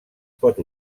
pot